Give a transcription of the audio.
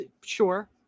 Sure